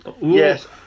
Yes